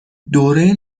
دوره